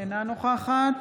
אינה נוכחת